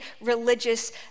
religious